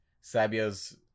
Sabio's